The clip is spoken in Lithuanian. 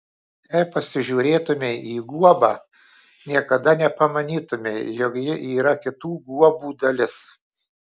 jei pasižiūrėtumei į guobą niekada nepamanytumei jog ji yra kitų guobų dalis